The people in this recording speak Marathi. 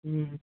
ह